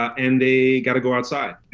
and they gotta go outside.